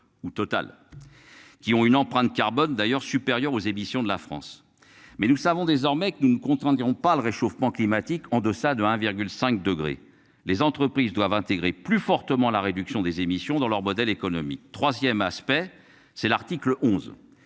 ou Total. Qui ont une empreinte carbone d'ailleurs supérieure aux éditions de la France. Mais nous savons désormais que nous ne contraindrons pas le réchauffement climatique en deçà de 1,5 degrés. Les entreprises doivent intégrer plus fortement la réduction des émissions dans leur modèle économique 3ème aspect c'est l'article 11